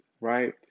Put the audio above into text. right